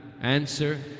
answer